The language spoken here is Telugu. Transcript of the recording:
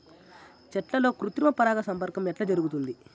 చెట్లల్లో కృత్రిమ పరాగ సంపర్కం ఎట్లా జరుగుతుంది?